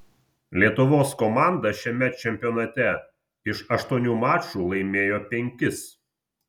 lietuvos komanda šiame čempionate iš aštuonių mačų laimėjo penkis